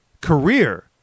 career